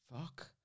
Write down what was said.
Fuck